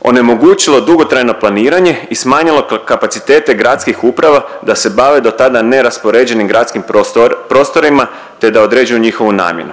onemogućilo dugotrajno planiranje i smanjilo kapacitete gradskih uprava da se bave do tada neraspoređenim gradskim prostorima, te da određuju njihovu namjenu.